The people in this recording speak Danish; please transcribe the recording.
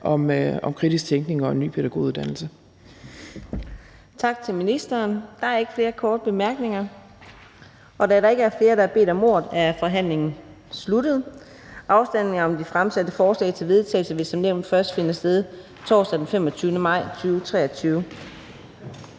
om kritisk tænkning og en ny pædagoguddannelse.